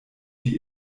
die